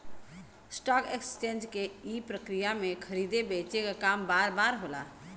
stock exchange के ई प्रक्रिया में खरीदे बेचे क काम बार बार होला